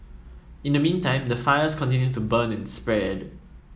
in the meantime the fires continue to burn and spread